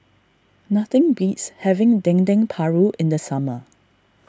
nothing beats having Dendeng Paru in the summer